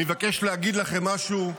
אני מבקש להגיד לכם משהו: